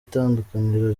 tandukaniro